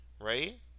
Right